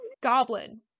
goblin